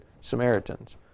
Samaritans